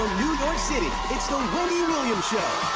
new york city, it's the wendy williams show!